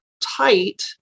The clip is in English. tight